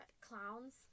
Clowns